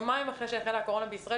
הממשלה צריכה להגדיר יעדים לסיוע.